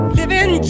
living